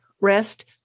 rest